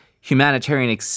humanitarian